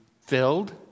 filled